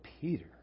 Peter